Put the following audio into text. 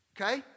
okay